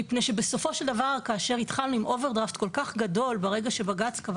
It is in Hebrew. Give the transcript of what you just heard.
מפני שבסופו של דבר כאשר התחלנו עם אוברדרפט כל כך גדול ברגע שבג"ץ קבע